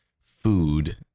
food